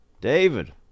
David